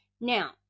Now